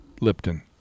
Lipton